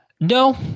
No